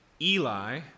Eli